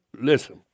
Listen